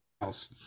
else